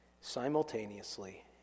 simultaneously